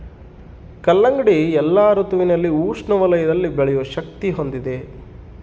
ಕಲ್ಲಂಗಡಿ ಎಲ್ಲಾ ಋತುವಿನಲ್ಲಿ ಉಷ್ಣ ವಲಯದಲ್ಲಿ ಬೆಳೆಯೋ ಶಕ್ತಿ ಹೊಂದಿದೆ